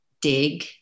dig